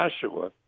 Joshua